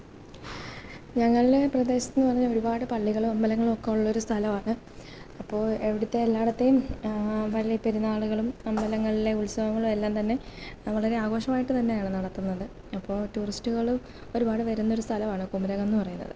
ഞങ്ങളുടെ പ്രദേശത്തെന്നു പറഞ്ഞാല് ഒരുപാട് പള്ളികളും അമ്പലങ്ങളുമൊക്കെ ഉള്ളൊരു സ്ഥലമാണ് അപ്പോള് അവിടുത്തെ എല്ലായിടത്തേയും പള്ളിപ്പെരുന്നാളുകളും അമ്പലങ്ങളിലെ ഉത്സവങ്ങളുമെല്ലാന്തന്നെ വളരെ ആഘോഷമായിട്ട് തന്നെയാണ് നടത്തുന്നത് അപ്പോള് ടൂറിസ്റ്റുകള് ഒരുപാട് വരുന്നൊരു സ്ഥലമാണ് കുമരകം എന്ന് പറയുന്നത്